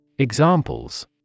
Examples